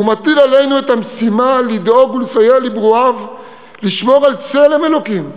ומטיל עלינו את המשימה לדאוג ולסייע לברואיו לשמור על צלם אלוקים,